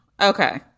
Okay